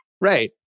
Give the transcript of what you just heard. right